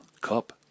cup